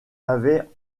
avait